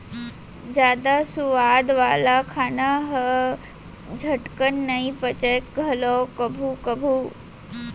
जादा सुवाद वाला खाना ह झटकन नइ पचय घलौ कभू कभू